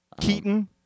Keaton